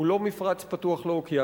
הוא לא מפרץ פתוח לאוקיינוס,